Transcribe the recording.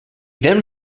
then